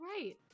right